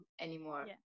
anymore